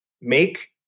make